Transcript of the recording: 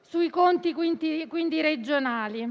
sui conti regionali,